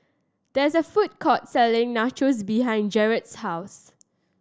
there is a food court selling Nachos behind Jarret's house